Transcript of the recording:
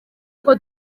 uko